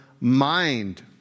Mind